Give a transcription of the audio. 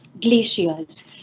glaciers